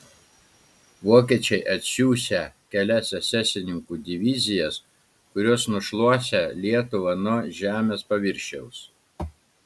vokiečiai atsiųsią kelias esesininkų divizijas kurios nušluosią lietuvą nuo žemės paviršiaus